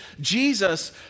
Jesus